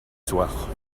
soirs